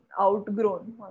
outgrown